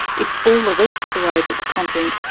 it's all the rest of the way that the content,